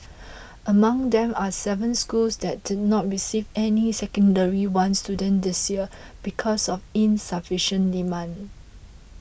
among them are seven schools that did not receive any Secondary One students this year because of insufficient demand